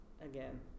again